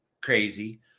crazy